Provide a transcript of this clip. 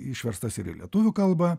išverstas ir į lietuvių kalbą